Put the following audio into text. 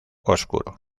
oscuro